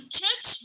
church